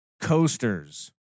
Coasters